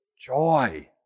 joy